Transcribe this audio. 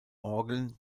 orgeln